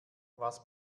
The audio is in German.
was